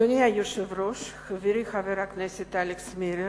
אדוני היושב-ראש, חברי חבר הכנסת אלכס מילר,